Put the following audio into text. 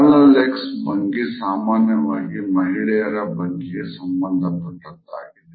parallel leg ಭಂಗಿ ಸಾಮಾನ್ಯವಾಗಿ ಮಹಿಳೆಯರ ಭಂಗಿಗೆ ಸಂಬಂಧಪಟ್ಟದ್ದಾಗಿದೆ